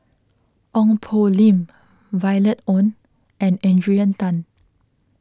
Ong Poh Lim Violet Oon and Adrian Tan